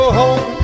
home